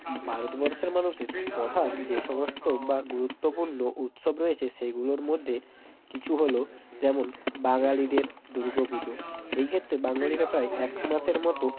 ভারতবর্ষের মানুষের প্রধান যে সমস্ত বা গুরুত্বপূর্ণ উৎসব রয়েছে সেগুলোর মধ্যে কিছু হলো যেমন বাঙালিদের দুর্গা পুজো এই ক্ষেত্রে বাঙালিরা প্রায় এক মাসের মতো